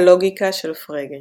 הלוגיקה של פרגה